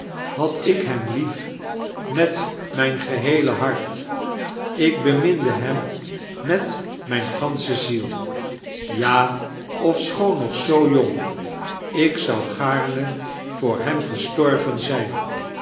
had ilk hem lief met mijn geheele hant ik beminde hem met mijine gantslclhe aiel ja olfisclioon nog zoio jong ik zou gaarme voor hem ges'torven ziijn